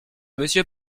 monsieur